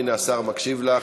הנה, השר מקשיב לך.